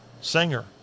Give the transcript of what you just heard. singer